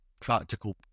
practical